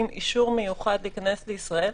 אישור מיוחד להיכנס לישראל,